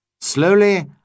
Slowly